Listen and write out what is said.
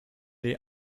est